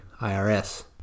IRS